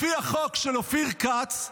לפי החוק של אופיר כץ,